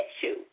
issue